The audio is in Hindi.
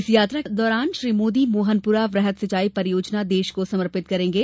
इस यात्रा के दौरान श्री मोदी मोहनपुरा वृहद परियोजना देश को समर्पित करेंगे